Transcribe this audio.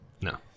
No